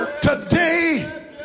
Today